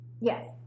Yes